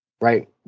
right